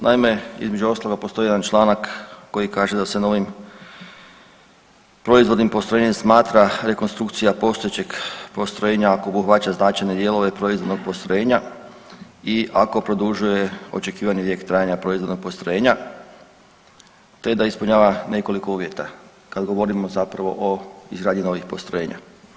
Naime, između ostalog postoji jedan članak koji kaže da se novim proizvodnim postrojenjem smatra rekonstrukcija postojećeg postrojenja ako obuhvaća značajne dijelove proizvodnog postrojenja i ako produžuje očekivani vijek trajanja proizvodnog postrojenja te da ispunjava nekoliko uvjeta kad govorimo zapravo o izgradnji novih postrojenja.